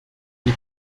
die